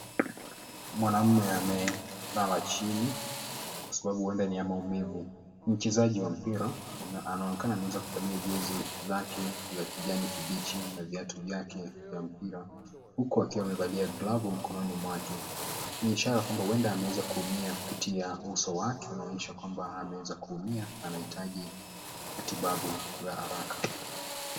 Mwanaume amelala chini kwa sababu huenda ni ya maumivu. Ni mchezaji wa mpira na anaonekana ameweza kuvalia jezi lake, la kijani kibichi na viatu vyake vya mpira, huku akiwa amevalia glavu mkononi mwake. Ni ishara kwamba huenda ameweza kuumia, kupitia uso wake unaonyesha kwamba, ameweza kuumia na anahitaji matibabu kwa haraka.